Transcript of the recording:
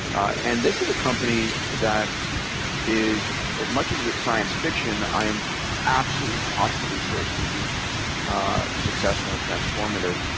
and this is a company that is, as much as it's science fiction, i am absolutely, positively sure it's gonna be ah successful and transformative.